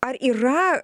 ar yra